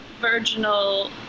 virginal